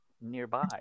nearby